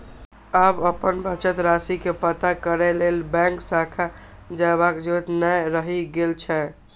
आब अपन बचत राशि के पता करै लेल बैंक शाखा जयबाक जरूरत नै रहि गेल छै